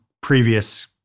previous